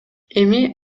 эми